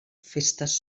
festes